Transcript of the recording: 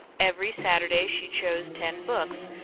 every saturday she chose ten books,